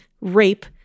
rape